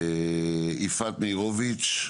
יפעת מאירוביץ',